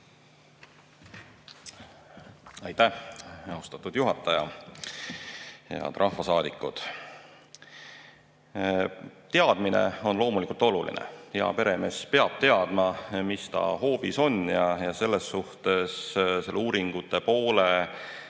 Aitäh, austatud juhataja! Head rahvasaadikud! Teadmine on loomulikult oluline. Hea peremees peab teadma, mis ta hoovis on, ja selles suhtes selle uuringute poole